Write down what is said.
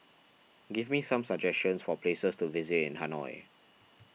give me some suggestions for places to visit in Hanoi